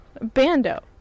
Bando